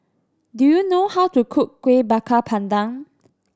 do you know how to cook Kueh Bakar Pandan